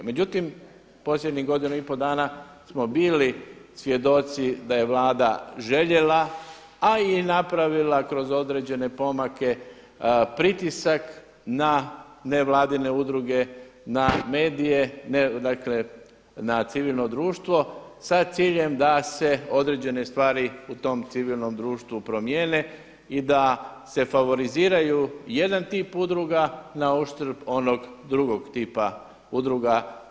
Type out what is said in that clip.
Međutim, posljednjih godinu i pol dana smo bili svjedoci da je Vlada željela, a i napravila kroz određene pomake pritisak na nevladine udruge, na medije, dakle na civilno društvo sa ciljem da se određene stvari u tom civilnom društvu promijene i da se favoriziraju jedan tip udruga na uštrb onog drugog tipa udruga.